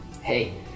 Hey